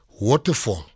Waterfall